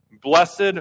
Blessed